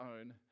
own